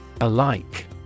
Alike